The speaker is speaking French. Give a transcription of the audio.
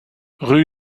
rue